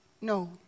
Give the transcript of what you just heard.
No